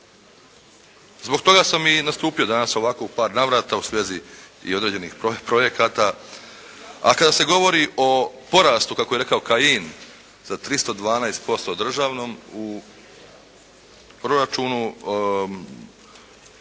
Zbog toga sam i nastupio danas ovako u par navrata u svezi i određenih projekata, a kada se govori o porastu kako je rekao Kajin sa 312% državnom u proračunu,